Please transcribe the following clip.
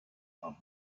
are